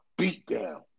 beatdown